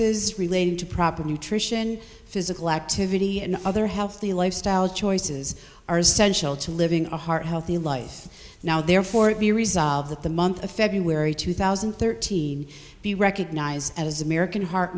choices related to proper nutrition physical activity and other healthy lifestyle choices are essential to living a heart healthy life now therefore we resolve that the month of february two thousand and thirteen be recognized as american heart